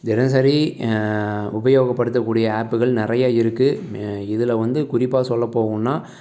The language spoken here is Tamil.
தினசரி உபயோகப்படுத்தக் கூடிய ஆப்புகள் நிறைய இருக்குது இதில் வந்து குறிப்பாக சொல்ல போகனுன்னா